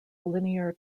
linear